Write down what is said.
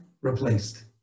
replaced